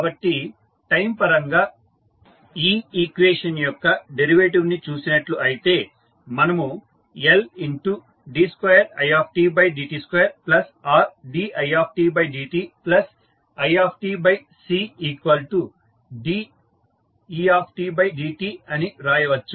కాబట్టి టైమ్ పరంగా ఈ ఈక్వేషన్ యొక్క డెరివేటివ్ ని చూసినట్టు అయితే మనము Ld2idt2RdidtiCdedt అని రాయవచ్చు